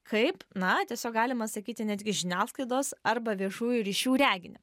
kaip na tiesiog galima sakyti netgi žiniasklaidos arba viešųjų ryšių reginį